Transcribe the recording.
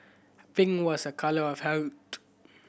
pink was a colour of health